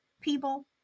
people